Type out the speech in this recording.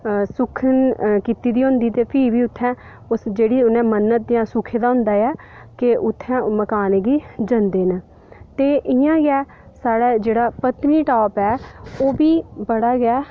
सुक्खन कीती होंदी ते प्ही बी उत्थें ते जेह्ड़ी उनें मन्नत जां सुक्खे दा होंदा ऐ ते उत्थै मकाने गी जंदे न ते इं'या गै साढ़ा जेह्ड़ा पत्नीटॉप ऐ ओह्बी बड़ा गै